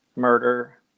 murder